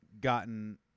gotten